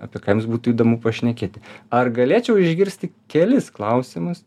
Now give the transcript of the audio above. apie ką jums būtų įdomu pašnekėti ar galėčiau išgirsti kelis klausimus